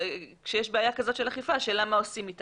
וכשיש בעיה כזאת של אכיפה השאלה היא מה עושים איתה.